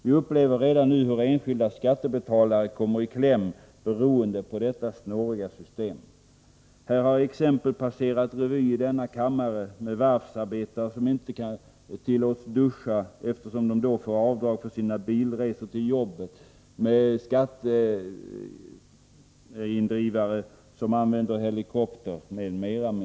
Vi upplever redan nu hur enskilda skattebetalare kommer i kläm beroende på detta snåriga system. I denna kammare har passerat revy exempel på varvsarbetare som inte kan duscha, eftersom de då får avdrag för sina bilresor till arbetet, skatteindrivare som använder helikopter, m.m.